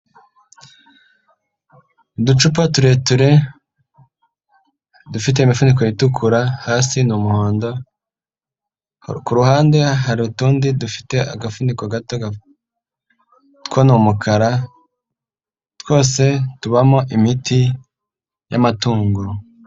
Uducupa tureture dufite imifuduko itukura, hasi n'umuhondo ku ruhande hari utundi dufite agafuniko gato, tw'umukara, twose tubamo imiti y'amatungo.